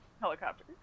helicopter